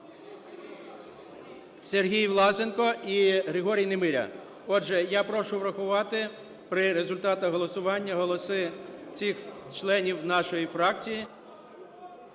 Сергій Власенко і Григорій Немиря. Отже, я прошу врахувати при результатах голосування голоси цих членів нашої фракції.